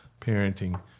parenting